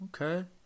Okay